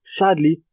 sadly